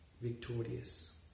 victorious